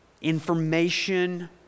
information